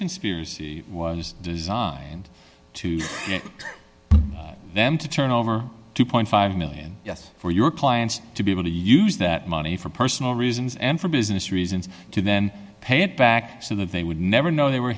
conspiracy was designed to get them to turn over two million five hundred thousand yes for your clients to be able to use that money for personal reasons and for business reasons to then pay it back so that they would never know they were